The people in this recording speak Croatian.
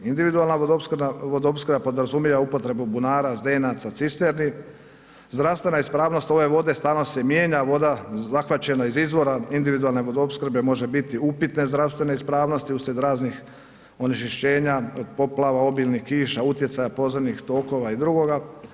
Individualna vodoopskrba podrazumijeva upotrebu bunara, zdenaca, cisterni, zdravstvena ispravnost ove vode stalno se mijenja, voda zahvaćena iz izvora individualne vodoopskrbe može biti upitne zdravstvene ispravnosti uslijed raznih onečišćenja od poplava, obilnih kiša, utjecaja podzemnih tokova i drugoga.